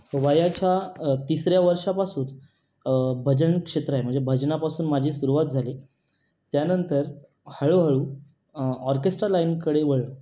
वयाच्या तिसऱ्या वर्षापासून भजन क्षेत्र आहे भजनापासून माझी सुरवात झाली त्यानंतर हळूहळू ऑर्केस्ट्रा लाईनकडे वळलो